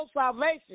salvation